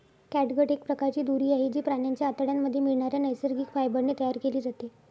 catgut एक प्रकारची दोरी आहे, जी प्राण्यांच्या आतड्यांमध्ये मिळणाऱ्या नैसर्गिक फायबर ने तयार केली जाते